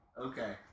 Okay